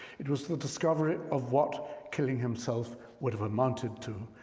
it was the discovery of what killing himself would've amounted to,